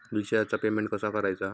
रिचार्जचा पेमेंट कसा करायचा?